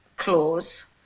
clause